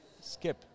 skip